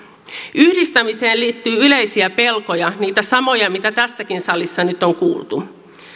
yhdistämiseen liittyy yleisiä pelkoja niitä samoja mitä tässäkin salissa nyt on kuultu